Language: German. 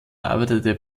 arbeitete